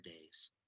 days